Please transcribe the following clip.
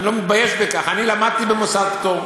אני לא מתבייש בכך, אני למדתי במוסד פטור.